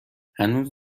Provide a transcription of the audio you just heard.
هنوز